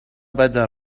badin